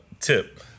tip